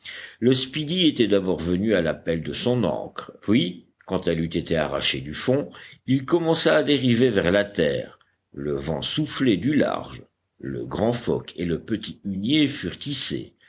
le speedy était d'abord venu à l'appel de son ancre puis quand elle eut été arrachée du fond il commença à dériver vers la terre le vent soufflait du large le grand foc et le petit hunier